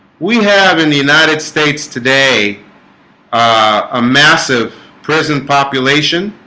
we have in the united states today a massive prison population